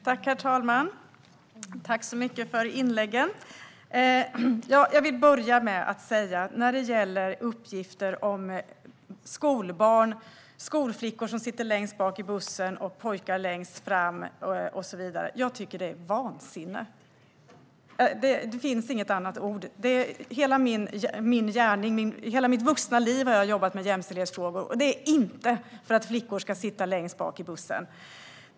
Herr talman! Tack till mina meddebattörer för inläggen! Jag vill börja med att säga att detta med att skolflickor sitter längst bak i bussen och pojkar längst fram och så vidare är vansinne. Det finns inget annat ord för det. Hela mitt vuxna liv har jag jobbat med jämställdhetsfrågor. Det är inte för att flickor ska sitta längst bak i bussen.